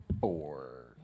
Four